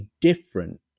different